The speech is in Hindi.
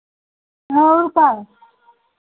और क्या